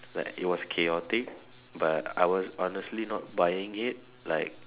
like it was chaotic but I was honestly not buying it like